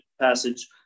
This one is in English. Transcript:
passage